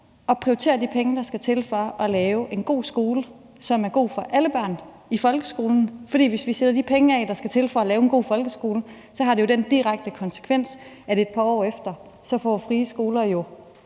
at prioritere de penge, der skal til for at lave en god skole, som er god for alle børn, i folkeskolen. For hvis vi sætter de penge af, der skal til for at lave en god folkeskole, har det jo den direkte konsekvens, at et par år efter får frie skoler